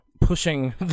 pushing